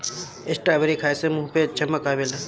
strawberry खाए से मुंह पे चमक आवेला